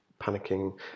panicking